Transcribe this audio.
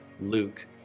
Luke